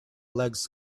legs